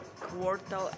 quarter